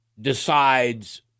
decides